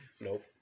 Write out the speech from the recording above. Nope